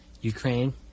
Ukraine